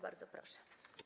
Bardzo proszę.